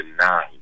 nine